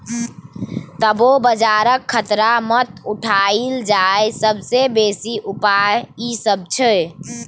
तबो बजारक खतरा लेल उठायल जाईल सबसे बेसी उपाय ई सब छै